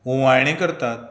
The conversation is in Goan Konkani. ओंवाळणी करतात